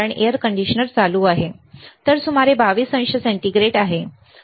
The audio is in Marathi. कारण एअर कंडिशनर चालू आहे तर सुमारे 22 अंश सेंटीग्रेड ठीक आहे